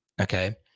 Okay